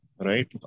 right